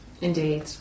Indeed